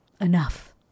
Enough